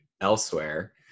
elsewhere